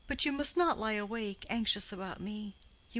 but you must not lie awake, anxious about me.